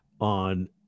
on